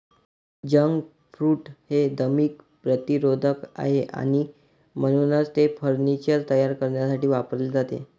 jackfruit हे दीमक प्रतिरोधक आहे आणि म्हणूनच ते फर्निचर तयार करण्यासाठी वापरले जाते